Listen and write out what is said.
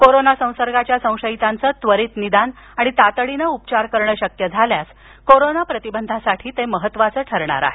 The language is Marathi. कोरोना संसर्गाच्या संशयितांचं त्वरित निदान आणि तातडीनं उपचार करणं शक्य झाल्यास कोरोना प्रतिबंधासाठी ते महत्त्वाचं ठरणार आहे